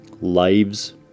Lives